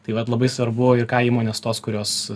taip vat labai svarbu ir ką įmonės tos kurios